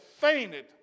fainted